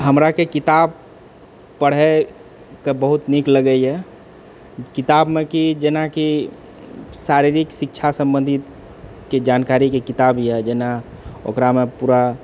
हमराके किताब पड़ै कऽ बहुत नीक लगै यऽ किताबमे की जेनाकि शारीरिक शिक्षा सम्बन्धितके जानकारीके किताब यऽ जेना ओकरामे पूरा